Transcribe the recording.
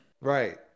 right